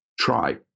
try